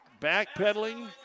Backpedaling